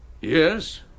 Yes